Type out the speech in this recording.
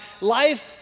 life